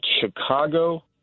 Chicago